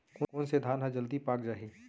कोन से धान ह जलदी पाक जाही?